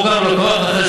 כמו כל לקוח אחר,